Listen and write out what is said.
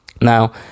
Now